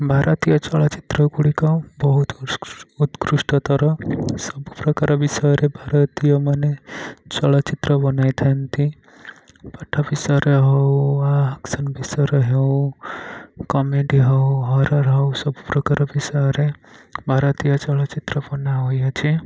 ଭାରତୀୟ ଚଳଚ୍ଚିତ୍ର ଗୁଡ଼ିକ ବହୁତ ଉତ୍କୃଷ୍ଟତର ସବୁପ୍ରକାର ବିଷୟରେ ଭାରତୀୟ ମାନେ ଚଳଚ୍ଚିତ୍ର ବନାଇଥାନ୍ତି ପାଠ ବିଷୟରେ ହେଉ ବା ଆକ୍ସନ ବିଷୟରେ ହେଉ କମେଡ଼ି ହେଉ ହରର ହେଉ ସବୁ ପ୍ରକାର ବିଷୟରେ ଭାରତୀୟ ଚଳଚ୍ଚିତ୍ର ବନାହୋଇଅଛି